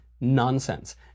Nonsense